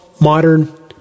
modern